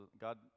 God